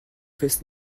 fest